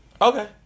Okay